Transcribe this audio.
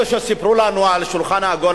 כשסיפרו לנו על השולחן העגול,